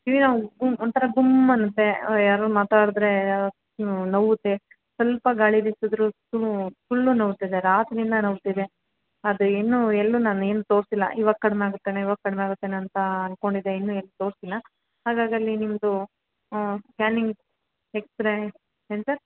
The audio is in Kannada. ಕಿವಿ ನೋವು ಗುಮ್ ಒಂಥರ ಗುಮ್ಮ್ ಅನ್ನುತ್ತೆ ಯಾರೋ ಮಾತಾಡಿದ್ರೆ ನೋವುತ್ತೆ ಸ್ವಲ್ಪ ಗಾಳಿ ಬೀಸಿದ್ರು ತು ಫುಲ್ಲು ನೋವುತ್ತೆ ಸರ್ ರಾತ್ರಿಯಿಂದ ನೋವ್ತಿದೆ ಅದು ಇನ್ನೂ ಎಲ್ಲೂ ನಾನು ಏನೂ ತೋರಿಸಿಲ್ಲ ಇವಾಗ ಕಡಿಮೆ ಆಗುತ್ತೇನೋ ಇವಾಗ ಕಡಿಮೆ ಆಗುತ್ತೇನೋ ಅಂತ ಅಂದ್ಕೊಂಡಿದ್ದೆ ಇನ್ನೂ ಏನೂ ತೋರಿಸಿಲ್ಲ ಹಾಗಾಗಿ ಅಲ್ಲಿ ನಿಮ್ಮದು ಸ್ಕ್ಯಾನಿಂಗ್ ಎಕ್ಸ್ರೇ ಏನು ಸರ್